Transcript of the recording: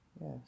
Yes